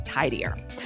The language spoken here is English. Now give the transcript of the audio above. tidier